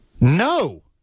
No